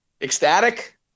ecstatic